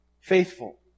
faithful